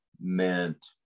Meant